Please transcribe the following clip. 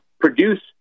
produce